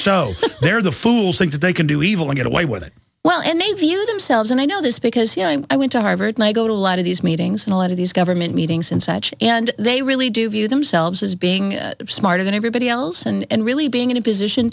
show they're the fools think that they can do evil and get away with it well and they view themselves and i know this because you know i went to harvard and i go to a lot of these meetings and a lot of these government meetings and such and they really do view themselves as being smarter than everybody else and really being in a position